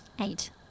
Eight